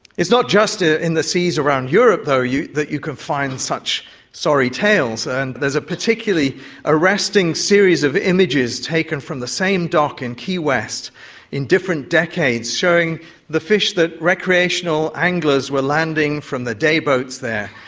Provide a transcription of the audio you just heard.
it's not just ah in the seas around europe though that you can find such sorry tales. and there is a particularly arresting series of images taken from the same dock in key west in different decades showing the fish that recreational anglers were landing from the day boats there.